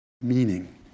meaning